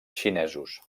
xinesos